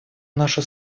нашу